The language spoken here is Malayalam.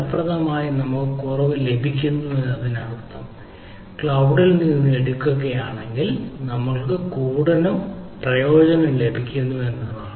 ഫലപ്രദമായി നമുക്ക് കുറവ് ലഭിക്കുന്നു എന്നതിനർത്ഥം ക്ലൌഡിൽ നിന്ന് എടുക്കുകയാണെങ്കിൽ നമ്മൾക്ക് കൂടുതൽ പ്രയോജനം ലഭിക്കുമെന്നാണ്